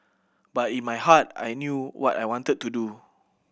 but in my heart I knew what I wanted to do